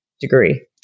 degree